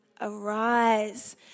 arise